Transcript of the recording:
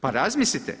Pa razmislite.